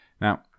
now